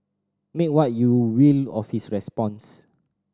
make what you will of his response